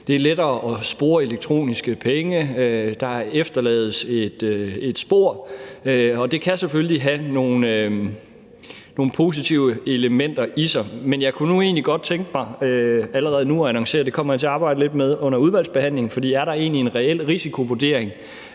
det er lettere at spore elektroniske penge, for der efterlades et spor, og det kan selvfølgelig have nogle positive elementer i sig, men jeg kunne egentlig godt tænke mig allerede nu at annoncere, at jeg kommer til at arbejde lidt med det under udvalgsbehandlingen. For er der egentlig en reel risikovurdering